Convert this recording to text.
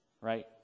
right